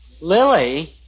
Lily